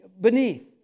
beneath